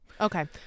Okay